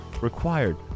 required